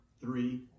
three